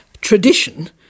tradition